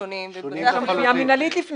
האלה?